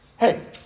Hey